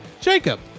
jacob